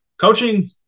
coaching